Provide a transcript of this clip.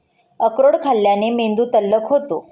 अक्रोड खाल्ल्याने मेंदू तल्लख होतो